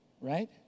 Right